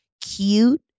cute